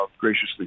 graciously